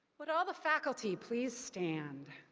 would all the faculty please stand.